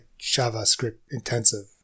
JavaScript-intensive